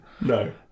no